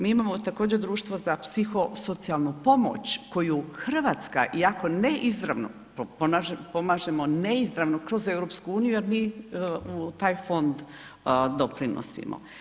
Mi imamo također društvo za psihosocijalnu pomoć koju Hrvatska iako ne izravno, pomažemo neizravno kroz EU jer mi u taj fond doprinosimo.